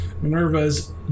Minerva's